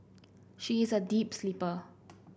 she is a deep sleeper